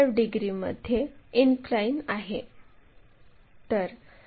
अशाप्रकारे आपल्याकडे PR line आहे आणि PQ लाईन आहे